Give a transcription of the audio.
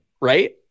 Right